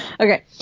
Okay